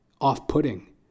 off-putting